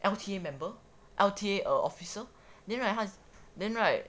L_T_A member L_T_A err officer then right